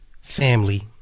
family